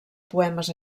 poemes